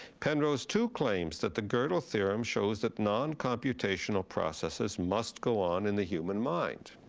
penrose, too, claims that the godel's theorem shows that non-computational processes must go on in the human mind.